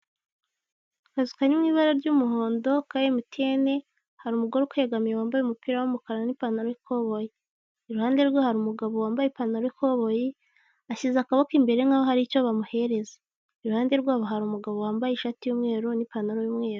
Akazu karimo ibara ry'umuhondo ka emutiyeni, hari umugore ukegamiye wambaye umupira w'umukara n'ipantaro y'ikoboyi. Iruhande rwe hari umugabo wambaye ipantaro y'ikoboyi, ashyize akaboko imbere nkaho hari icyo bamuhereza. Iruhandde rwabo hari umugabo wambaye ishati y'umweru n'ipantaroy'umweru.